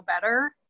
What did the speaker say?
better